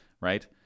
right